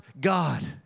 God